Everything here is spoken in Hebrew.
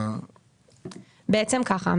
בעצם ככה,